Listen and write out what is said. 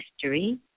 history